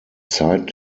zeit